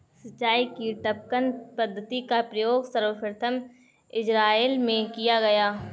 सिंचाई की टपकन पद्धति का प्रयोग सर्वप्रथम इज़राइल में किया गया